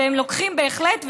ולוקחים בהחלט,